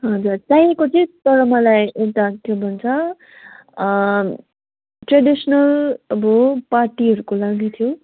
हजुर चाहिएको तर मलाई एउटा के भन्छ ट्रेडिसनल अब पार्टीहरूको लागि थियो